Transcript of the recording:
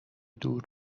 دور